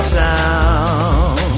town